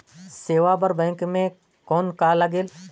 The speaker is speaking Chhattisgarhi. सेवा बर बैंक मे कौन का लगेल?